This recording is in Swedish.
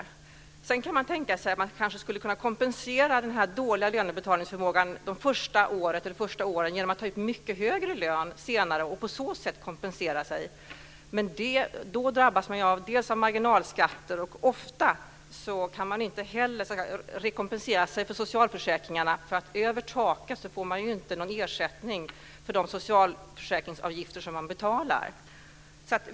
Kanske skulle man kunna tänka sig att kompensera den dåliga lönebetalningsförmågan under det första året eller de första åren genom att ta ut en mycket högre lön senare. Men då drabbas man av marginalskatter, och ofta kan man inte rekompensera sig för socialförsäkringarna. Över taket får man ju inte ersättning för de socialförsäkringsavgifter som man betalar in.